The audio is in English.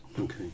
Okay